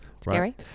Scary